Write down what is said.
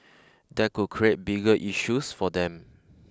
that could create bigger issues for them